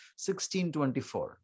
1624